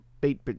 beat